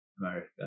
America